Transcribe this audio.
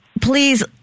please